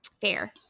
Fair